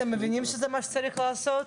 אתם מבינים שזה מה שצריך לעשות?